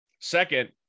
Second